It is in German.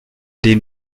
den